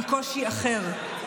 עם קושי אחר.